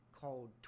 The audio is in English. called